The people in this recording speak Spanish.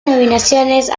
nominaciones